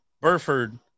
Burford